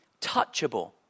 touchable